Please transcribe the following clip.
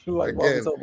again